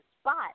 spot